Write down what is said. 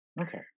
okay